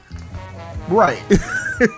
right